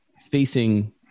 facing